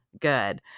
good